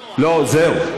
לא, זהו.